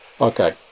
Okay